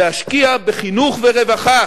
להשקיע בחינוך ורווחה,